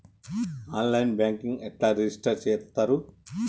On line banking ఎట్లా register చేత్తరు?